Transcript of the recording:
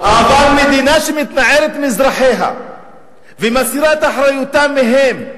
אבל מדינה שמתנערת מאזרחיה ומסירה את אחריותה מהם,